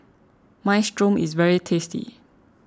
Minestrone is very tasty